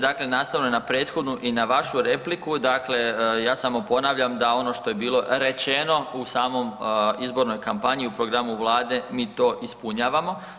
Dakle, nastavno i na prethodnu i na vašu repliku, dakle, ja samo ponavljam da ono što je bilo rečeno u samom izbornoj kampanji i programu Vlade, mi to ispunjavamo.